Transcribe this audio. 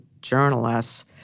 journalists